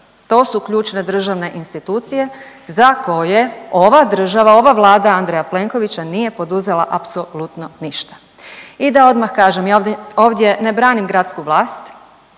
to su ključne državne institucije za koje ova država, ova vlada Andreja Plenkovića nije poduzela apsolutno ništa. I da odmah kažem, ja ovdje ne branim gradsku vlast,